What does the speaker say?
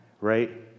right